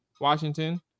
Washington